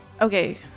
Okay